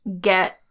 get